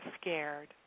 scared